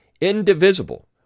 indivisible